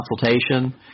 consultation